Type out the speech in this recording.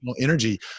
energy